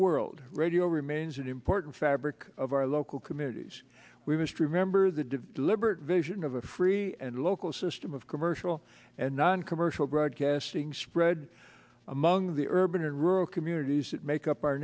world radio remains an important fabric of our local communities we must remember the de deliberate vision of a free and local system of commercial and noncommercial broadcasting spread among the urban and rural communities that make up our